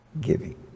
giving